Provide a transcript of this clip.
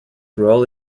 role